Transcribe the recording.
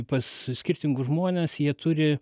pas skirtingus žmones jie turi